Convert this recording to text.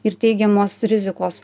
ir teigiamos rizikos